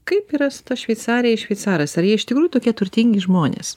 kaip yra su ta šveicarija ir šveicarais ar jie iš tikrųjų tokie turtingi žmonės